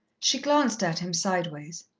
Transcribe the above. she glanced at him sideways.